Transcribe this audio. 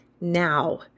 now